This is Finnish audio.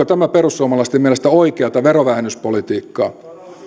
tämä perussuomalaisten mielestä oikeata verovähennyspolitiikkaa